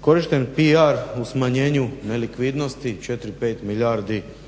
korišten PR u smanjenju nelikvidnosti, 4-5 milijardi, da